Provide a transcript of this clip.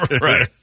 Right